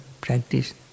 practice